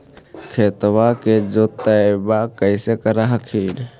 खेतबा के जोतय्बा कैसे कर हखिन?